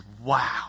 wow